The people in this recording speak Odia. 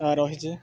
ରହିଛି